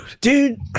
dude